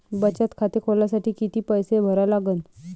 बचत खाते खोलासाठी किती पैसे भरा लागन?